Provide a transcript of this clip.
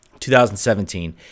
2017